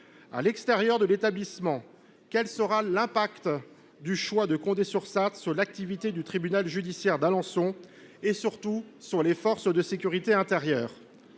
À l’extérieur de l’établissement, quel sera l’impact du choix de Condé sur Sarthe sur l’activité du tribunal judiciaire d’Alençon et, surtout, sur les forces de sécurité intérieure ?